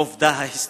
העובדה ההיסטורית,